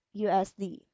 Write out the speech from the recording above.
USD